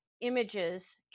images